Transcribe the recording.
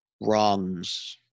wrongs